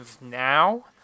now